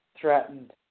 threatened